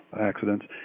accidents